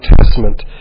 Testament